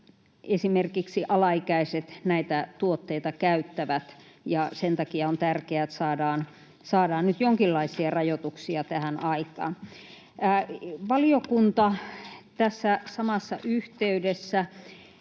esimerkiksi alaikäiset näitä tuotteita käyttävät, ja sen takia on tärkeää, että saadaan nyt jonkinlaisia rajoituksia tähän aikaan. Valiokunta tässä samassa yhteydessä